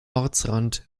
ortsrand